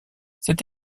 cette